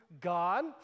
god